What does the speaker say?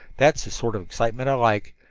that's the sort of excitement i like.